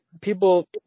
people